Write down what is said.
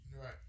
Right